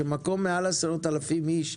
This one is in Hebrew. שישוב עם יותר מ-10,000 תושבים,